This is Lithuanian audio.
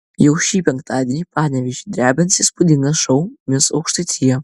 jau šį penktadienį panevėžį drebins įspūdingas šou mis aukštaitija